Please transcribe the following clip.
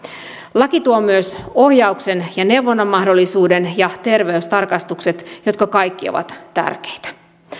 laki tuo myös ohjauksen ja neuvonnan mahdollisuuden ja terveystarkastukset jotka kaikki ovat tärkeitä